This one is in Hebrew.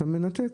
אתה מנתק.